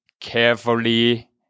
carefully